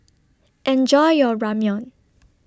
Enjoy your Ramyeon